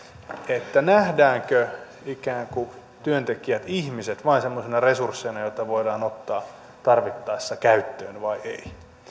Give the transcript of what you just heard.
arvoista nähdäänkö työntekijät ihmiset vain ikään kuin semmoisina resursseina joita voidaan ottaa tarvittaessa käyttöön vai ei